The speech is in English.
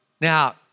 Now